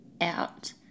out